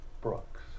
Brooks